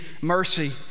mercy